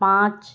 पाँच